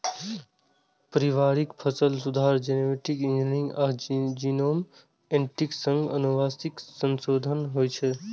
पारंपरिक फसल सुधार, जेनेटिक इंजीनियरिंग आ जीनोम एडिटिंग सं आनुवंशिक संशोधन होइ छै